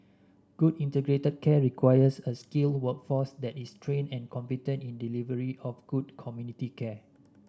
good integrated care requires a skilled workforce that is trained and competent in the delivery of good community care